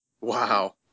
Wow